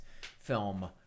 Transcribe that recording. film